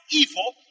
evil